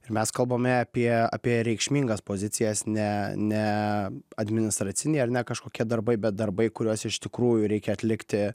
ir mes kalbame apie apie reikšmingas pozicijas ne ne administraciniai ar ne kažkokie darbai bet darbai kuriuos iš tikrųjų reikia atlikti